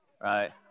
right